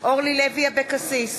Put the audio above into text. אורלי לוי אבקסיס,